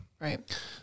Right